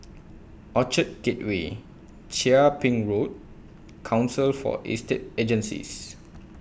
Orchard Gateway Chia Ping Road and Council For Estate Agencies